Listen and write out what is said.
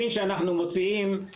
אנחנו לא בודקים אלפים של תלושים.